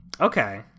Okay